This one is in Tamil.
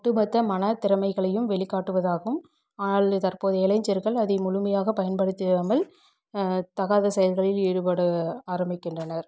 ஒட்டு மொத்தம் மன திறமைகளையும் வெளிக்காட்டுவதாகவும் தற்போதைய இளைஞர்கள் அதை முழுமையாக பயன்படுத்திறாமல் தகாத செயல்களில் ஈடுபட ஆரம்பிக்கின்றனர்